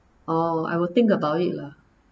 oh I will think about it lah